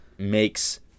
Makes